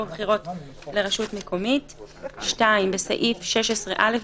בבחירות לרשות מקומית,"; (2)בסעיף 16(א),